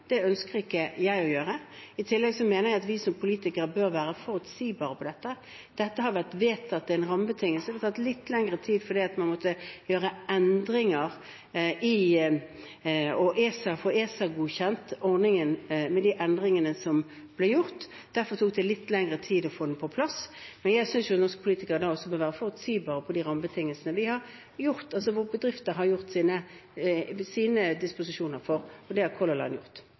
Det ønsker ikke jeg å gjøre. I tillegg mener jeg at vi som politikere bør være forutsigbare når det gjelder dette. Det har blitt vedtatt rammebetingelser, men fordi man måtte gjøre endringer og få ESA-godkjent ordningen med de endringene som ble gjort, tok det litt lengre tid å få den på plass. Jeg synes at norske politikere bør være forutsigbare når det gjelder de rammebetingelsene vi har laget, for bedriftene gjør sine disposisjoner med tanke på disse, og det har Color Line gjort.